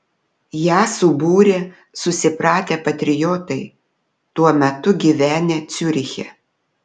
ją subūrė susipratę patriotai tuo metu gyvenę ciuriche